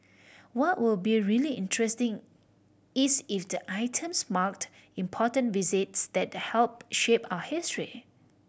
what will be really interesting is if the items marked important visits that helped shape our history